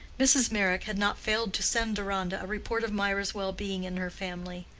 mrs. meyrick had not failed to send deronda a report of mirah's well-being in her family.